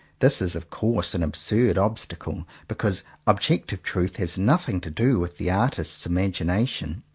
this is of course an absurd obstacle, because ob jective truth has nothing to do with the artist's imagination.